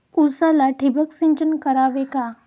उसाला ठिबक सिंचन करावे का?